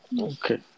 Okay